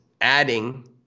adding